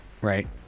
Right